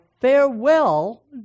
farewell